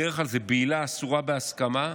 בדרך כלל זה בעילה אסורה בהסכמה,